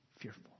fearful